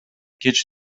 кеч